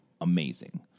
Amazing